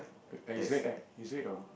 err is red right is red or